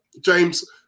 James